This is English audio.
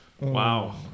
Wow